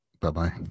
Bye-bye